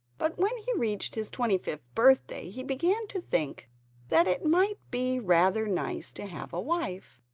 but when he reached his twenty-fifth birthday he began to think that it might be rather nice to have a wife,